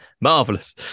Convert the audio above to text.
marvelous